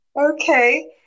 Okay